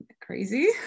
crazy